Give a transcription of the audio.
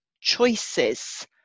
choices